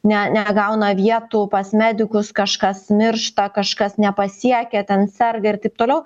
ne negauna vietų pas medikus kažkas miršta kažkas nepasiekia ten serga ir taip toliau